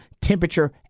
temperature